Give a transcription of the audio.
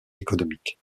économique